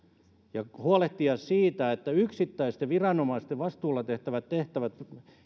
ja huolehtia siitä että yksittäisten viranomaisten vastuulla tehtävät tehtävät